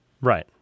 Right